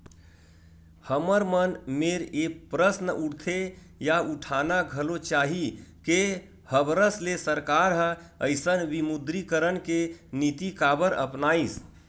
हमर मन मेर ये प्रस्न उठथे या उठाना घलो चाही के हबरस ले सरकार ह अइसन विमुद्रीकरन के नीति काबर अपनाइस?